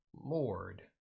Lord